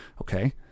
okay